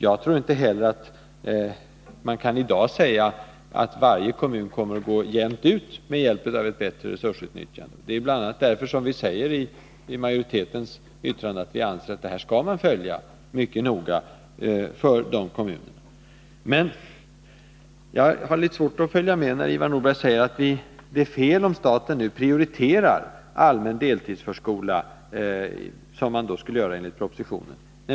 Jag tror inte heller att man i dag kan säga att det för varje kommun kommer att gå jämnt ut med hjälp av ett bättre resursutnyttjande. Det är bl.a. därför som vi i majoritetens yttrande säger att vi anser att man skall följa utvecklingen för kommunerna mycket noga. Men jag har litet svårt att följa med när Ivar Nordberg säger att det är fel om staten nu prioriterar allmän deltidsförskola, vilket man skulle göra enligt propositionen.